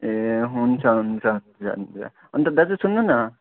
ए हुन्छ हुन्छ हुन्छ हुन्छ अन्त दाजु सुन्नुहोस् न